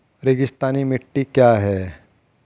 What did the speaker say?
रेगिस्तानी मिट्टी क्या है?